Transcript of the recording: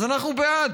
אז אנחנו בעד.